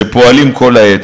שפועלים כל העת.